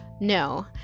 No